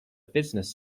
business